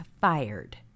fired